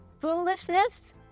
foolishness